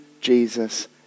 Jesus